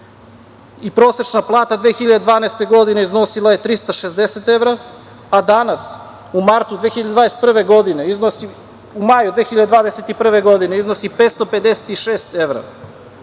evra. Prosečna plata 2012. godine iznosila je 360 evra, a danas u maju 2021. godine iznosi 556 evra